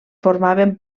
formaven